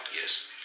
Yes